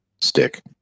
stick